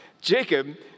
Jacob